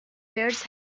birds